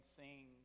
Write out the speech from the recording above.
sing